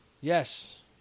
Yes